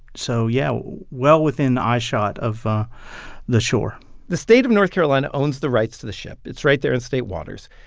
so, yeah, well within eyeshot of the shore the state of north carolina owns the rights to the ship. it's right there in state waters.